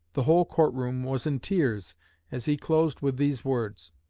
the whole court-room was in tears as he closed with these words